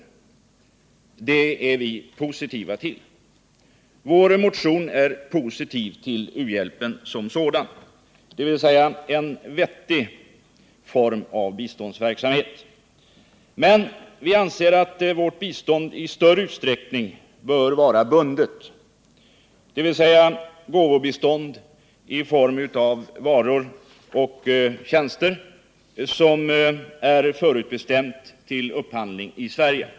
Sådan hjälp är vi positiva till. Vår Nr 135 motion är positiv till u-hjälpen som sådan — dvs. en vettig form av Onsdagen den biståndsverksamhet. Men vi anser följaktligen att vårt bistånd i större 2 maj 1979 utsträckning bör vara bundet, dvs. ett gåvobistånd i form av varor och tjänster som är förutbestämt till upphandling i Sverige.